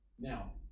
Now